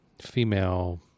female